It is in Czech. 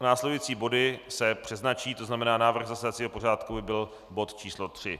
Následující body se přeznačí, to znamená návrh zasedacího pořádku by byl bod číslo 3.